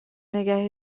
نگه